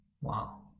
Wow